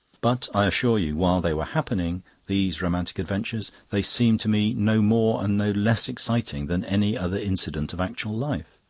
but i assure you, while they were happening these romantic adventures they seemed to me no more and no less exciting than any other incident of actual life.